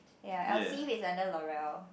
ya Elseve is under L'oreal